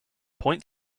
point